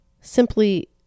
simply